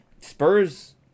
Spurs